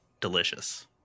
delicious